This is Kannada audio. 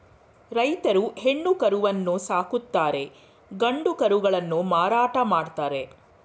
ರೈತ್ರು ಹೆಣ್ಣು ಕರುವನ್ನು ಸಾಕುತ್ತಾರೆ ಗಂಡು ಕರುಗಳನ್ನು ಮಾರಾಟ ಮಾಡ್ತರೆ